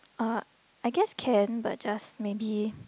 uh I guess can but just maybe